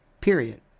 Period